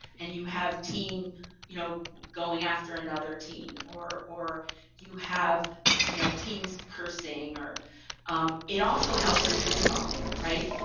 and you have teen you know going after another teen. or or you have you know teens cursing or it also helps with zoom bombing, right.